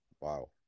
Wow